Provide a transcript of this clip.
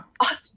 Awesome